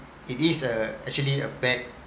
it is a actually a bad